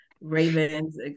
ravens